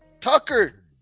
Tucker